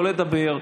לא לדבר,